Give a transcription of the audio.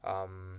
um